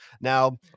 Now